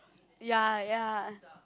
ya ya